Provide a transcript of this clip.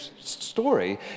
story